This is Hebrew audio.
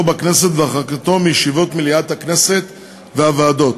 בכנסת והרחקתו מישיבות מליאת הכנסת והוועדות.